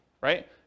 right